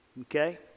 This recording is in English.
okay